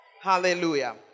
Hallelujah